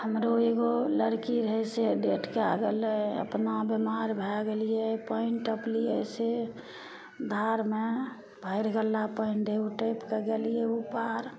मरो एगो लड़की रहय से डेड कए गेलय अपना बीमार भए गेलियै पानि टपलियै से धारमे भरि गल्ला पानि रहय ओ टपकिके गेलियै उ पार